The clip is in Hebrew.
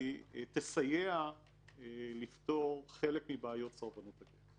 תסייע לפתור חלק מבעיות סרבנות הגט.